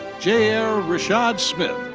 jair'e rashad smith.